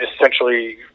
essentially